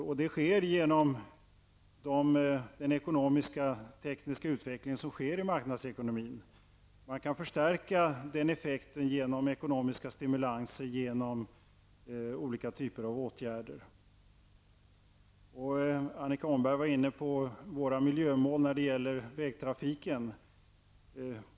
Detta är möjligt genom den ekonomisk-tekniska utveckling som sker inom marknadsekonomin. Man kan förstärka effekten genom ekonomiska stimulanser och olika typer av åtgärder. Annika Åhnberg var också inne på vårt miljömål när det gäller vägtrafiken.